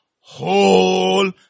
Whole